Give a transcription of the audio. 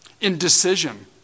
indecision